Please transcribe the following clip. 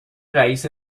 رئیس